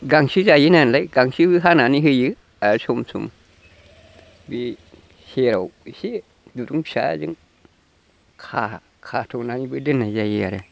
गांसो जायोनालाय गांसोबो हानानै होयो दा सम सम बे सेराव एसे दुरुं फिसाजों खानानैबो दोनाय जायो आरो